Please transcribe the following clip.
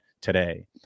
today